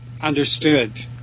understood